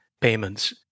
payments